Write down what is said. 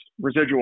residual